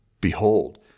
Behold